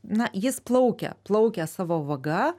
na jis plaukia plaukia savo vaga